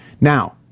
Now